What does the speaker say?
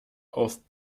auf